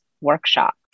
workshop